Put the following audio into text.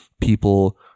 people